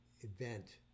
event